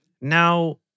Now